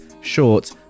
short